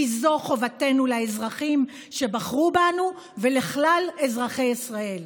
כי זו חובתנו לאזרחים שבחרו בנו ולכלל אזרחי ישראל.